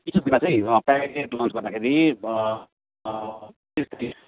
teachers डेमा चाहिँ packet lunch गर्दाखेरि